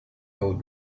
old